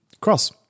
cross